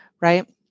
Right